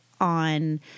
on